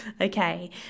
Okay